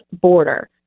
border